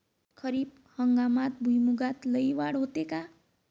खरीप हंगामात भुईमूगात लई वाढ होते का?